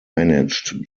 managed